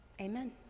Amen